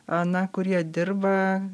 na kurie dirba